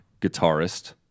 guitarist